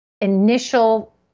initial